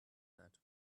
that